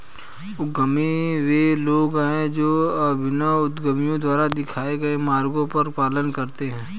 उद्यमी वे लोग हैं जो अभिनव उद्यमियों द्वारा दिखाए गए मार्ग का पालन करते हैं